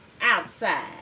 outside